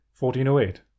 1408